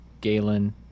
Galen